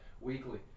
weekly